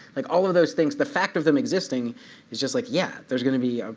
like all of those things, the fact of them existing is just like, yeah, there's going to be